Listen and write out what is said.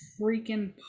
freaking